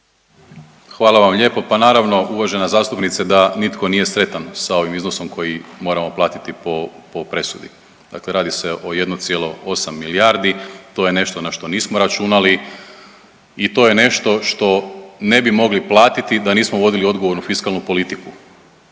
Hvala vam lijepo. Pa naravno uvažena zastupnice da nitko nije sretan sa ovim iznosom koji moramo platiti po presudi. Dakle, radi se o 1,8 milijardi. To je nešto na što nismo računali i to je nešto što ne bi mogli platiti da nismo vodili odgovornu fiskalnu politiku.